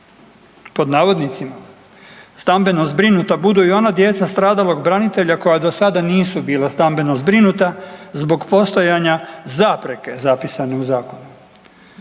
pod navodnicima stambeno zbrinuta budu i ona djeca stradalog branitelja koja do sada nisu bila stambeno zbrinuta, zbog postojanja zapreke zapisanog Zakonom.